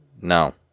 Now